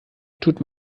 tut